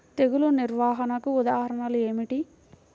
తెగులు నిర్వహణకు ఉదాహరణలు ఏమిటి?